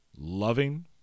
loving